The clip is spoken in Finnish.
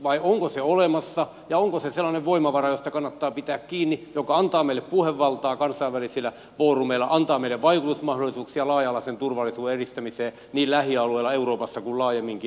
vai onko se olemassa ja onko se sellainen voimavara josta kannattaa pitää kiinni joka antaa meille puhevaltaa kansainvälisillä foorumeilla antaa meille vaikutusmahdollisuuksia laaja alaisen turvallisuuden edistämiseen niin lähialueilla euroopassa kuin laajemminkin